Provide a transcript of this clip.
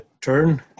turn